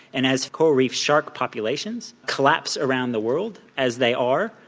and as coral reefs shark populations collapse around the world as they are,